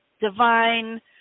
divine